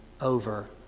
over